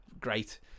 great